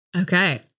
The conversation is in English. Okay